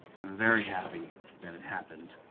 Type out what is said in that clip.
i'm very happy that it happened.